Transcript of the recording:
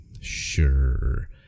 sure